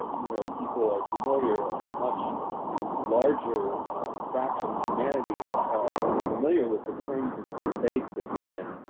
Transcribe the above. you know people are familiar a much larger fraction of humanity is familiar with the terms of the debate that you've been